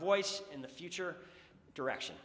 voice in the future direction